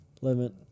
limit